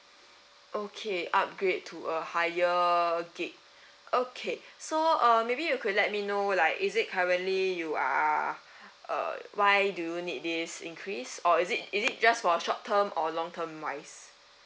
okay upgrade to a higher gig okay so uh maybe you could let me know like is it currently you are uh why do you need this increase or is it is it just for a short term or long term wise